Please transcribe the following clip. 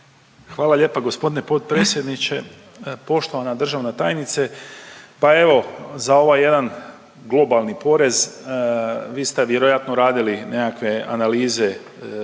Hvala lijepa g. potpredsjedniče. Poštovana državna tajnice. Pa evo za ovaj jedan globalni porez vi ste vjerojatno radili nekakve analize u Poreznoj